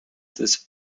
this